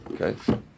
Okay